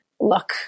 look